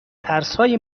ترسهای